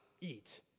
eat